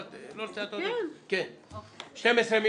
הצעה 16 של קבוצת סיעת הרשימה המשותפת?